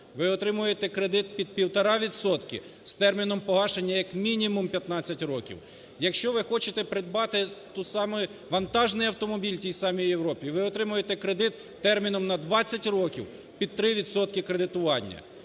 ви отримаєте кредит під 1,5 відсотки з терміном погашення, як мінімум, 15 років. Якщо ви хочете придбати той самий вантажний автомобіль в тій самій Європі – ви отримаєте кредит терміном на 20 років під 3 відсотки кредитування.